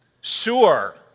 sure